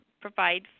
provide